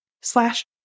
slash